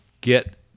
get